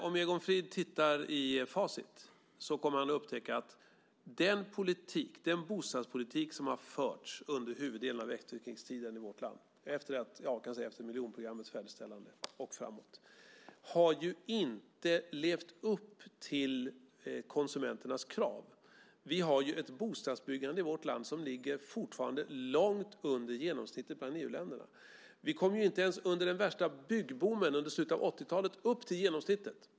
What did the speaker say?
Om Egon Frid tittar i facit kommer han att upptäcka att den bostadspolitik som har förts under huvuddelen av efterkrigstiden i vårt land, man kan säga efter miljonprogrammets färdigställande och framåt, inte har levt upp till konsumenternas krav. Vi har ett bostadsbyggande i vårt land som fortfarande ligger långt under genomsnittet bland EU-länderna. Vi kom inte ens under den värsta byggboomen under slutet av 80-talet upp till genomsnittet.